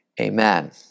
Amen